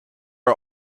are